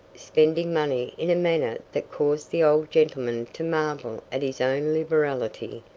spending money in a manner that caused the old gentleman to marvel at his own liberality,